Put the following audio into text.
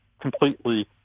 completely